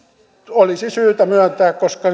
olisi syytä myöntää koska